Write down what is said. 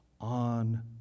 on